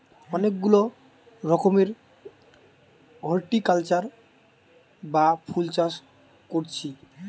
অনেক গুলা রকমের হরটিকালচার বা ফুল চাষ কোরছি